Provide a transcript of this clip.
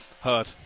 heard